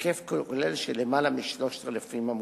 בהיקף כולל של למעלה מ-3,000 עמודים.